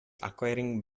acquiring